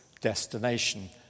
destination